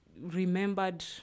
remembered